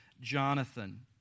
Jonathan